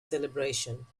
celebration